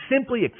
simply